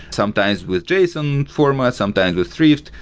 sometimes with json format, sometimes with thrift,